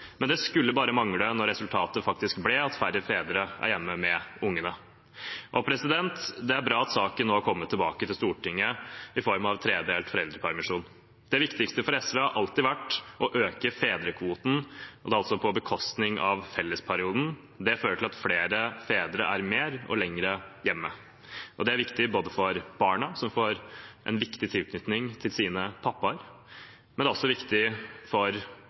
men det skulle bare mangle når resultatet faktisk ble at færre fedre er hjemme med ungene. Det er bra at saken nå har kommet tilbake Stortinget, i form av forslag om tredelt foreldrepermisjon. Det viktigste for SV har alltid vært å øke fedrekvoten på bekostning av fellesperioden. Det fører til at flere fedre er mer og lenger hjemme. Det er viktig både for barna, som får en viktig tilknytning til sine pappaer, for fedrene, som får være hjemme, og for